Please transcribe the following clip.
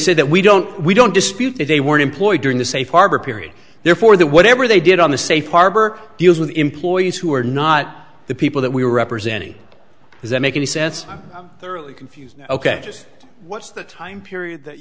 said that we don't we don't dispute that they were employed during the safe harbor period therefore that whatever they did on the safe harbor deals with employees who are not the people that we were representing does that make any sense thoroughly confused ok just what's the time period